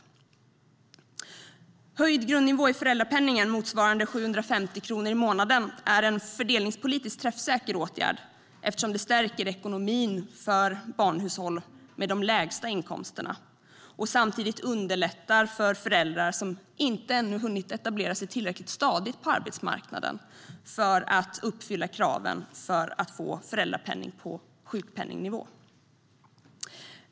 En höjd grundnivå i föräldrapenningen, motsvarande 750 kronor i månaden, är en fördelningspolitiskt träffsäker åtgärd eftersom den stärker ekonomin för de hushåll med barn som har de lägsta inkomsterna och samtidigt underlättar för föräldrar som ännu inte har hunnit etablera sig tillräckligt stadigt på arbetsmarknaden för att uppfylla kraven för att få föräldrapenning på sjukpenningnivå.